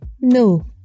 no